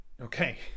Okay